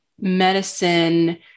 medicine